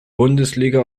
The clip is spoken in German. bundesliga